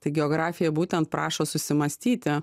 tai geografija būtent prašo susimąstyti